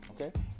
Okay